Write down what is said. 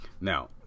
Now